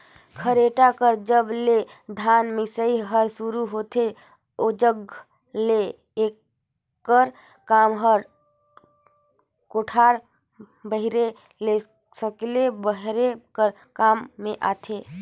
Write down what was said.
खरेटा कर जब ले धान मसई हर सुरू होथे ओजग ले एकर काम हर कोठार बाहिरे ले सकेले बहारे कर काम मे आथे